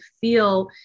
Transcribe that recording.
feel